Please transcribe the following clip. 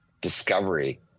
discovery